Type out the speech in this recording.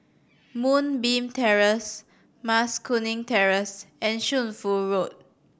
Moonbeam Terrace Mas Kuning Terrace and Shunfu Road